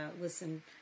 listen